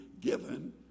given